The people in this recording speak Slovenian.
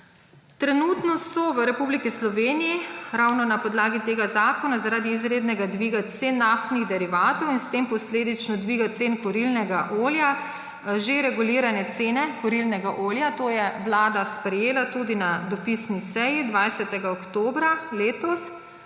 Trenutno so v Republiki Sloveniji ravno na podlagi tega zakona zaradi izrednega dviga cen naftnih derivatov in s tem posledično dviga cen kurilnega olja že regulirane cene kurilnega olja, to je vlada sprejela tudi na dopisni seji 20. oktobra letos.